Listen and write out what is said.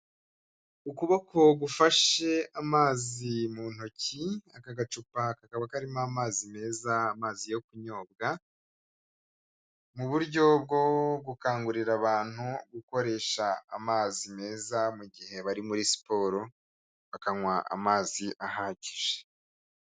Ukuboko gufashe amazi mu ntoki, aka gacupa kakaba karimo amazi meza amazi yo kunyobwa, mu buryo bwo gukangurira abantu gukoresha amazi meza mu gihe bari muri siporo bakanywa amazi ahagije.